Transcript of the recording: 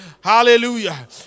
Hallelujah